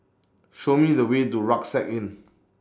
Show Me The Way to Rucksack Inn